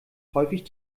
häufig